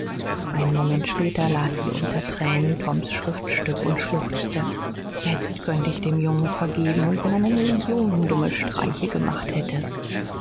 einen moment später las sie unter tränen toms schriftstück und schluchzte jetzt könnt ich dem jungen vergeben und wenn er ne million dummer streiche gemacht hätte